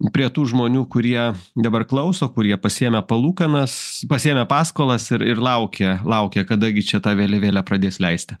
prie tų žmonių kurie dabar klauso kurie pasiėmę palūkanas pasiėmę paskolas ir ir laukia laukia kada gi čia tą vėliavėlę pradės leisti